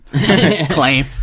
Claim